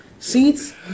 Seats